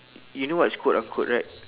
you know what is quote unquote right